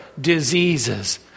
diseases